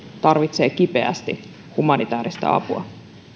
tarvitsee kipeästi humanitäärista apua